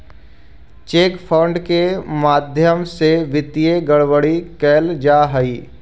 cheque fraud के माध्यम से वित्तीय गड़बड़ी कैल जा हइ